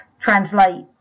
translate